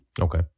Okay